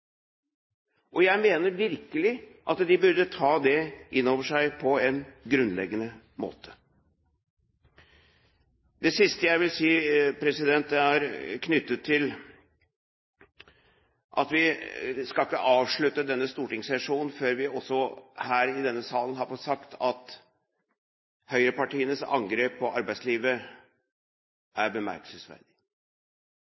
Jeg mener virkelig at de burde ta dette grunnleggende inn over seg. Det siste jeg vil si, er knyttet til at vi ikke skal avslutte denne stortingssesjonen før vi her i denne salen har fått sagt at høyrepartienes angrep på arbeidslivet,